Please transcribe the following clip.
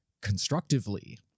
Constructively